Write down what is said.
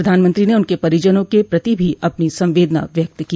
प्रधानमंत्री ने उनके परिजनों के प्रति भी अपनी संवेदना व्यक्त की